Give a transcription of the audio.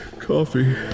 coffee